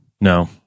No